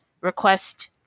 request